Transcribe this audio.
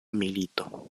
milito